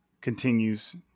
continues